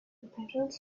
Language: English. petals